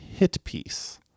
HitPiece